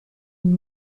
une